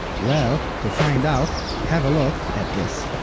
well, to find out, have a look at this.